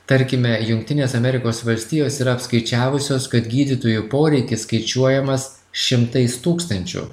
tarkime jungtinės amerikos valstijos yra apskaičiavusios kad gydytojų poreikis skaičiuojamas šimtais tūkstančių